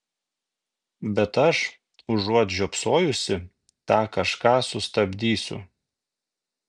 bet aš užuot žiopsojusi tą kažką sustabdysiu